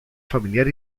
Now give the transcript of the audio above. familiar